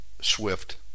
swift